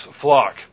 flock